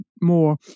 more